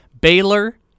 Baylor